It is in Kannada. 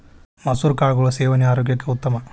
ಮಸುರ ಕಾಳುಗಳ ಸೇವನೆ ಆರೋಗ್ಯಕ್ಕೆ ಉತ್ತಮ